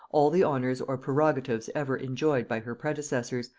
all the honors or prerogatives ever enjoyed by her predecessors,